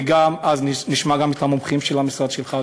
ואז גם נשמע את המומחים של המשרד שלך,